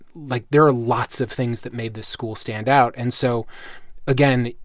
like, there are lots of things that made this school stand out. and so again,